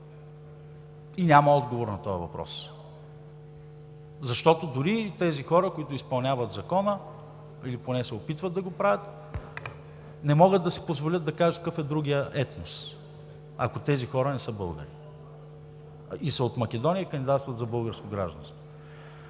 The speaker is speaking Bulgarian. и няма отговор на този въпрос. Защото, дори и тези хора, които изпълняват закона, или поне се опитват да го правят, не могат да си позволят да кажат какъв е другият етнос, ако тези хора не са българи и са от Македония и кандидатстват за българско гражданство.